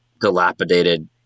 dilapidated